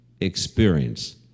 experience